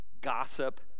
gossip